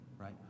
right